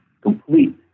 complete